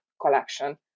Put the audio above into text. collection